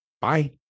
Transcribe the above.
bye